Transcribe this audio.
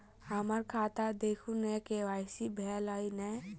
हम्मर खाता देखू नै के.वाई.सी भेल अई नै?